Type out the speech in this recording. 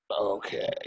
Okay